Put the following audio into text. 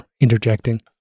interjecting